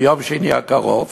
ביום שני הקרוב